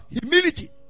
humility